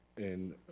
and